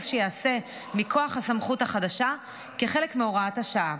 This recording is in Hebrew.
שייעשה מכוח הסמכות החדשה כחלק מהוראת השעה.